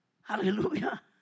Hallelujah